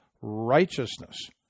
righteousness